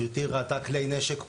גברתי ראתה כלי נשק פה,